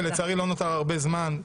ולצערי לא נותר הרבה זמן,